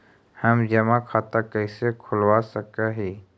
हम जमा खाता कैसे खुलवा सक ही?